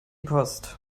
post